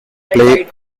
play